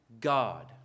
God